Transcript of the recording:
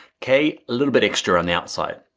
okay, a little bit extra on outside,